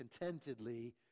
contentedly